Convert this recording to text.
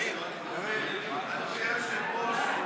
אדוני היושב-ראש,